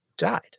died